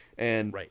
Right